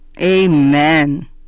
Amen